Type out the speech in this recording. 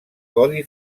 codi